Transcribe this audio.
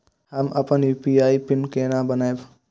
हम अपन UPI PIN केना बनैब?